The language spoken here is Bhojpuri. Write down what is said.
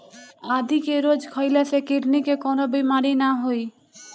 आदि के रोज खइला से किडनी के कवनो बीमारी ना होई